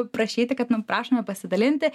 prašyti kad nu prašome pasidalinti